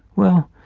well,